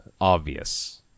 obvious